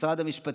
משרד המשפטים,